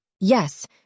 Yes